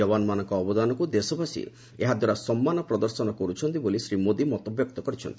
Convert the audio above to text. ଯବାନମାନଙ୍କ ଅବଦାନକୁ ଦେଶବାସୀ ଏହାଦ୍ୱାରା ସମ୍ମାନ ପ୍ରଦର୍ଶନ କରୁଛନ୍ତି ବୋଲି ଶ୍ରୀ ମୋଦି ମତବ୍ୟକ୍ତ କରିଛନ୍ତି